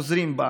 חוזרים ממנה.